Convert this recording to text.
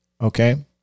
Okay